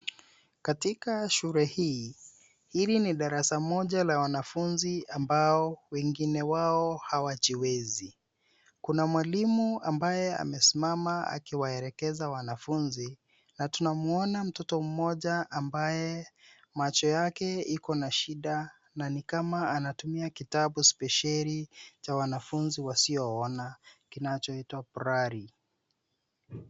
Katika shule hii, hili ni darasa moja la wanafunzi ambao wengine wao hawajiwezi. Kuna mwalimu ambaye amesimama akiwaelekeza wanafunzi, na tunamuona mtoto mmoja ambaye macho yake iko na shida, na nikama anatumia kitabu speshelicha wanafunzi wasio ona, kinachoitwa Braille .